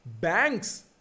banks